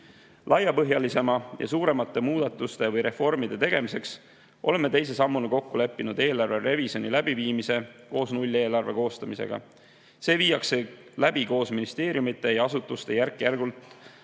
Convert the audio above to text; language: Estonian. Laiapõhjalisema ja suuremate muudatuste või reformide tegemiseks oleme teise sammuna kokku leppinud eelarve revisjoni läbiviimise koos nulleelarve koostamisega. See viiakse läbi koos ministeeriumide ja asutustega järk-järgult